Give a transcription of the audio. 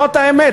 זאת האמת.